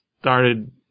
started